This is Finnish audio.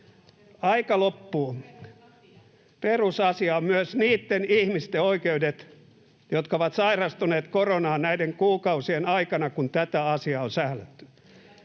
välihuuto] — Perusasia ovat myös niitten ihmisten oikeudet, jotka ovat sairastuneet koronaan näiden kuukausien aikana, kun tätä asiaa on sählätty.